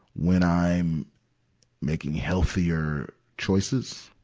when i'm making healthier choices.